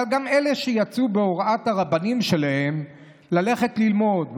אבל גם אלה שיצאו בהוראת הרבנים שלהם ללכת ללמוד,